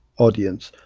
audience.